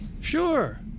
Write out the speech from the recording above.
Sure